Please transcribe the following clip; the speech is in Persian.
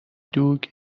دوگ